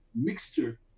mixture